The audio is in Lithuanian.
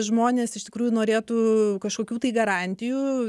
žmonės iš tikrųjų norėtų kažkokių tai garantijų